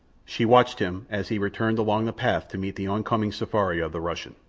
she watched him as he returned along the path to meet the oncoming safari of the russian.